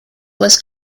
was